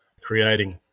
creating